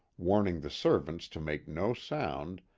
warn ing the servants to make no sound,